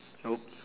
no